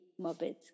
muppets